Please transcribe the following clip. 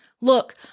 Look